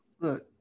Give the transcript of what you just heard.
Look